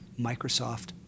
Microsoft